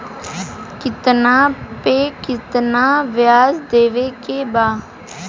कितना पे कितना व्याज देवे के बा?